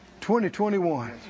2021